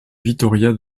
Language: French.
vitória